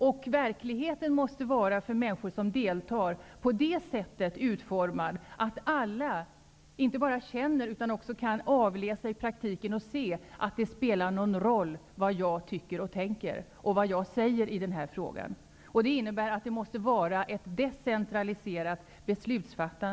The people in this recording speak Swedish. För människor som deltar måste verkligheten vara utformad på det sättet att alla inte bara känner, utan också i praktiken kan se, att det spelar någon roll vad de tycker och tänker och säger i en viss fråga. Det innebär att beslutsfattandet måste vara decentraliserat.